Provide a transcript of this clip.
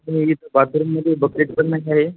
बाथरूममध्ये बकेट पण नाही आहे